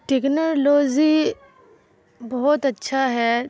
technology بہت اچھا ہے